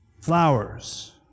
flowers